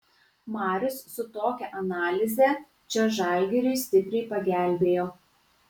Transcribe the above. marius su tokia analize čia žalgiriui stipriai pagelbėjo